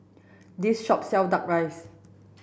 this shop sell duck rice